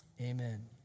amen